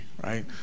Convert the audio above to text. right